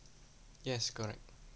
yes correct